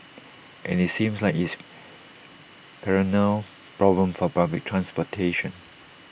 and IT seems like it's A perennial problem for public transportation